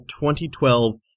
2012